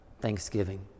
Thanksgiving